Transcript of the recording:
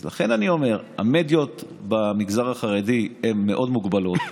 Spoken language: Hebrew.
אז לכן אני אומר: המדיות במגזר החרדי הן מאוד מוגבלות,